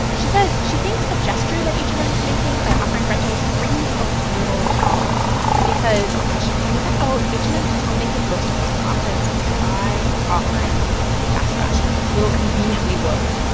she says she thinks the gesture that h and m is making by offering rentals rings a little hollow because, as she pointed out, h and m is still making most of its profits by offering fast-fashion little conveniently woke